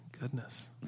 goodness